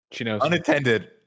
unattended